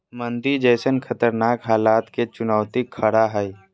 मंदी जैसन खतरनाक हलात के चुनौती खरा हइ